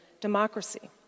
democracy